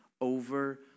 over